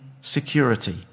security